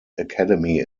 academy